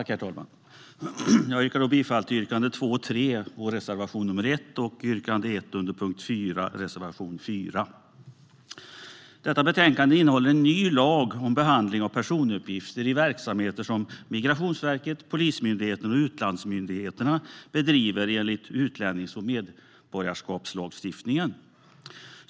Herr talman! Jag yrkar bifall till yrkande 2 och 3 under punkt 2 i vår reservation 1 och yrkande 1 under punkt 4 i reservation 4. Detta betänkande innehåller en ny lag om behandling av personuppgifter i verksamheter som Migrationsverket, Polismyndigheten och utlandsmyndigheterna bedriver enligt utlännings och medborgarskapslagstiftningen.